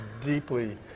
deeply